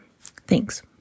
Thanks